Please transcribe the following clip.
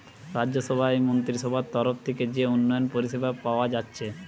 রাজ্যসভার মন্ত্রীসভার তরফ থিকে যে উন্নয়ন পরিষেবা পায়া যাচ্ছে